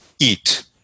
eat